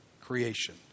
creation